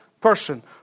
person